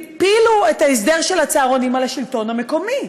הפילו את ההסדר של הצהרונים על השלטון המקומי.